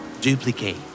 duplicate